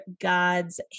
God's